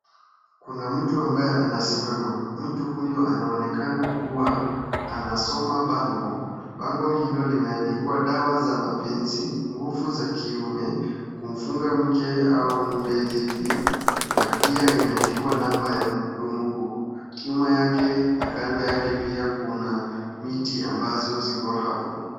Kuna mtu ambaye anasimama, mtu huyu anaonekana kuwa anasoma bango, bango hilo limeandikwa; dawa za mapenzi, nguvu za kiume, kumfungamke au mume dhidi na pia imeandikwa namba ya mhudumu huu. Nyuma na kando yake pia kuna miti ambazo ziko hapo.